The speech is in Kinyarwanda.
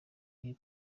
iri